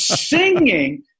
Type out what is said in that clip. singing